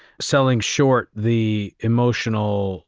selling short the emotional